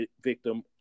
victim